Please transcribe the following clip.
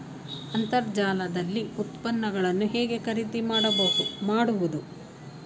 ಅಂತರ್ಜಾಲದಲ್ಲಿ ಉತ್ಪನ್ನಗಳನ್ನು ಹೇಗೆ ಖರೀದಿ ಮಾಡುವುದು?